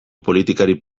politikari